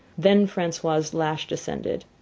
then francois's lash descended,